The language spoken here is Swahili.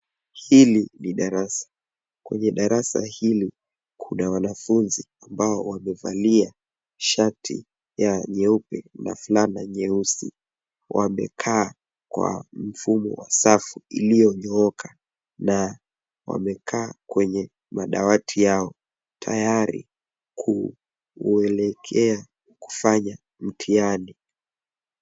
Hili ni darasa. Kwenye darasa hili kuna wanafunzi ambao wamevalia shati ya nyeupe na fulana nyeusi wamekaa kwa mfumo wa safu iliyonyooka na wamekaa kwenye madawati yao tayari kuelekea kufanya mtihani.